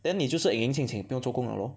then 你就是 不用做工 liao lor